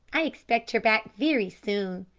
i expect her back very soon.